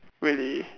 really